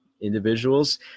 individuals